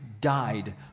died